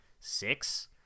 six